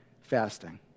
fasting